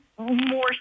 more